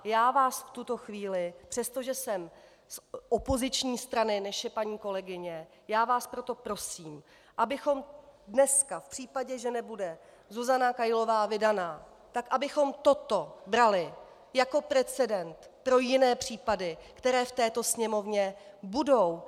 Já vás v tuto chvíli, přestože jsem z opoziční strany, než je paní kolegyně, já vás proto prosím, abychom dnes v případě, že nebude Zuzana Kailová vydána, tak abychom toto brali jako precedent pro jiné případy, které v této Sněmovně budou.